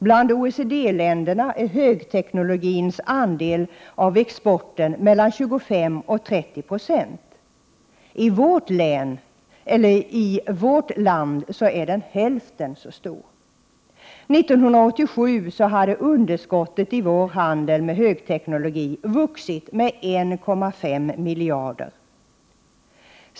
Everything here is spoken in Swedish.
+ Bland OECD-länderna är högteknologins andel av exporten mellan 25 och 30 20. I vårt land är den hälften så stor. + 1987 hade underskottet i vår handel med högteknologi vuxit med 1,5 miljarder.